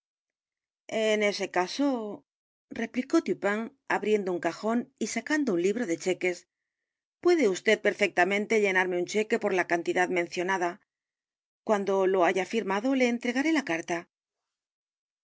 en ese caso replicó dupin abriendo u n cajón y sacando mn libro de cheques puede vd perfectamente llenarme un cheque por la cantidad mencionada cuando lo haya firmado le entregaré la carta